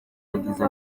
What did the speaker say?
yagize